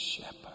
shepherd